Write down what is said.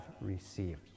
received